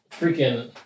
freaking